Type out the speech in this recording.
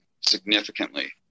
significantly